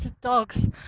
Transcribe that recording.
dogs